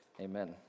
Amen